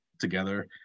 together